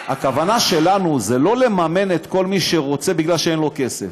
הכוונה שלנו זה לא לממן את כל מי שרוצה בגלל שאין לו כסף,